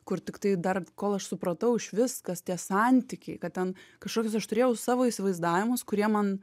kur tiktai dar kol aš supratau išvis kas tie santykiai kad ten kažkokius aš turėjau savo įsivaizdavimus kurie man